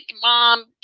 Mom